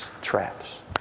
traps